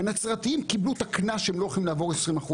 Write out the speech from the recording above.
הנצרתים קיבלו את הקנס שהם לא יכולים לעבור את ה-20%,